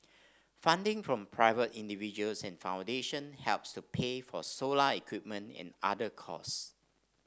funding from private individuals and foundation helps to pay for solar equipment and other cost